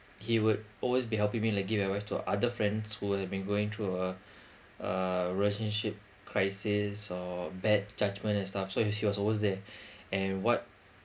he would always be helping me like give advice to other friends who have been going through a a relationship crisis or bad judgement and stuff so he was always there and what